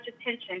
attention